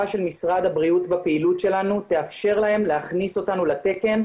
של משרד הבריאות בפעילות שלנו תאפשר להם להכניס אותנו לתקן,